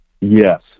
Yes